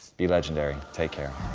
be legendary. take care.